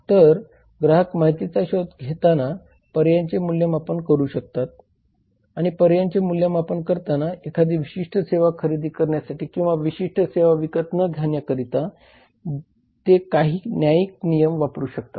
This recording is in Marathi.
तर ग्राहक माहितीचा शोधताना पर्यायांचे मूल्यमापन करू शकतात आणि पर्यायांचे मूल्यमापन करताना एखादी विशिष्ट सेवा खरेदी करण्यासाठी किंवा विशिष्ट सेवा विकत न घेण्याकरिता ते काही न्यायिक नियम वापरू शकतात